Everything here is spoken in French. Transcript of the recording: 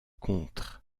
contre